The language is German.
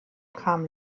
kam